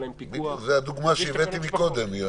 להן פיקוח --- זו הדוגמה שהבאתי קודם,